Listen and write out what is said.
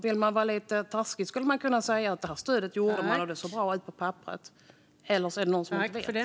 Vill man vara lite taskig skulle man kunna säga att stödet såg bra ut på papperet, eller så är det någon som inte vet.